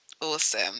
awesome